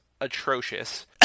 atrocious